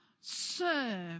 serve